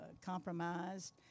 compromised